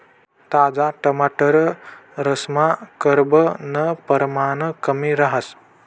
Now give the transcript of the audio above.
ताजा टमाटरसमा carbon परमाण कमी रहास